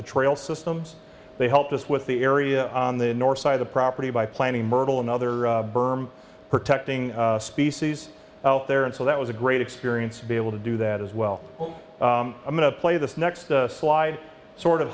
the trail systems they helped us with the area on the north side of the property by planting myrtle another berm protecting species out there and so that was a great experience to be able to do that as well i'm going to play this next slide sort of